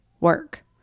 work